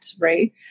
right